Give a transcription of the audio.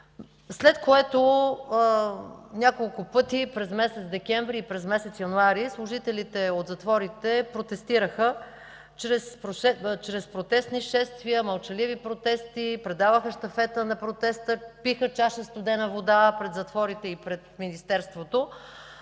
след което няколко пъти през месец декември и през месец януари служителите от затворите протестираха чрез протестни шествия, мълчаливи протести, предаваха щафета на протеста, пиха чаша студена вода пред затворите и пред Министерството